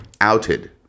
outed